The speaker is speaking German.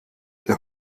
der